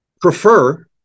prefer